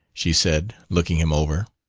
she said, looking him over.